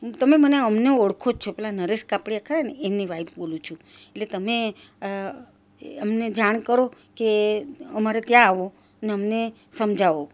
તમે મને અમને ઓળખો જ છો પેલા નરેશ કાપડિયા ખરાને એમની વાઈફ બોલું છું એટલે તમે અમને જાણ કરો કે અમારે ક્યાં આવવું અને અમને સમજાવો